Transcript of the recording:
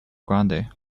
grande